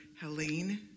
Helene